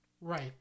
Right